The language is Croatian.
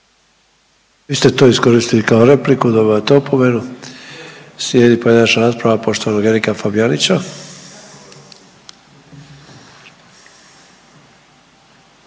Vi ste to iskoristili kao repliku, dobivate opomenu. Slijedi pojedinačna rasprava poštovanog Erika Fabijanića.